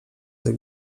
tych